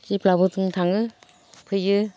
जेब्लाबो जों थाङो फैयो